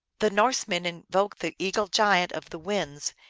the norsemen invoked the eagle giant of the winds,